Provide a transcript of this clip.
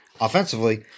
offensively